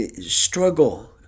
struggle